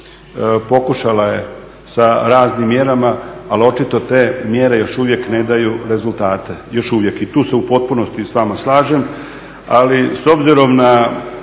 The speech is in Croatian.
pokušala je sa raznim mjerama, ali očito te mjere još uvijek ne daju rezultate, još uvijek i tu se u potpunosti s vama slažem. Ali s obzirom na